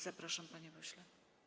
Zapraszam, panie pośle.